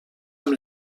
amb